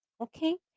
Okay